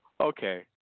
Okay